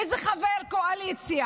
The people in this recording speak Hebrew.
באיזה חבר קואליציה?